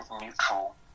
neutral